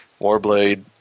Warblade